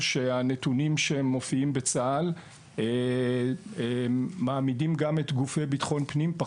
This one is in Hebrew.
הנתונים שמופיעים בצה"ל מעמידים גם את גופי ביטחון הפנים באותו המקום,